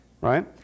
right